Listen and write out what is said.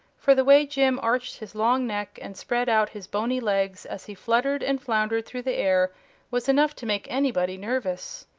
for the way jim arched his long neck and spread out his bony legs as he fluttered and floundered through the air was enough to make anybody nervous.